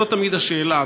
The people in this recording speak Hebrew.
זאת תמיד השאלה.